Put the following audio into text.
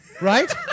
Right